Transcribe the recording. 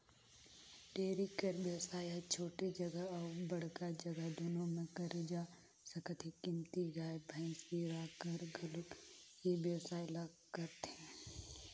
dairy कर बेवसाय ह छोटे जघा अउ बड़का जघा दूनो म करे जा सकत हे, कमती गाय, भइसी राखकर घलोक ए बेवसाय ल करथे